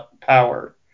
power